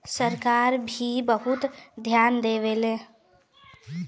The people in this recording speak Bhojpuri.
सरकार भी बहुत धियान देवलन